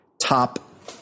top